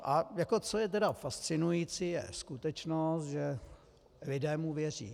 A co je tedy fascinující, je skutečnost, že lidé mu věří.